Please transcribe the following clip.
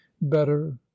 better